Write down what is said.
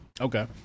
okay